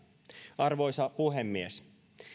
arvoisa puhemies